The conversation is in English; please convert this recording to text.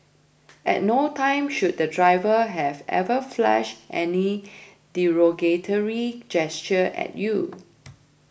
at no time should the driver have ever flashed any derogatory gesture at you